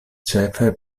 ĉefe